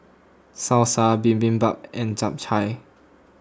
Salsa Bibimbap and Japchae